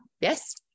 Yes